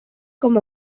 com